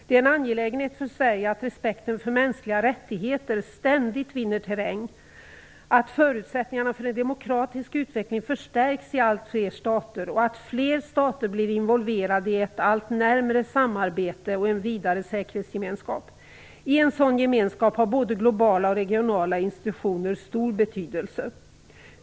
Det är angeläget för Sverige att respekten för mänskliga rättigheter ständigt vinner terräng, att förutsättningarna för en demokratisk utveckling förstärks i allt fler stater och att fler stater blir involverade i ett allt närmare samarbete och en vidare säkerhetsgemenskap. I en sådan gemenskap har både globala och regionala institutioner stor betydelse.